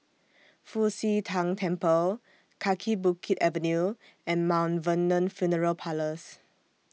Fu Xi Tang Temple Kaki Bukit Avenue and Maint Vernon Funeral Parlours